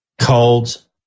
colds